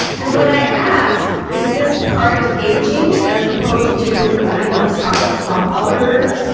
and when i ask, is this part of aging as opposed to, i don't know, some some other,